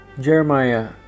Jeremiah